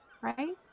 right